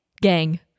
Gang